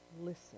listen